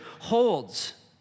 holds